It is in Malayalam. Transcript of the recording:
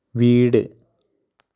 വീട്